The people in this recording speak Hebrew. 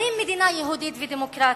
אומרים: מדינה יהודית ודמוקרטית.